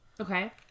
Okay